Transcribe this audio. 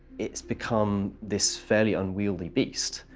it's become this fairly unwieldy beast.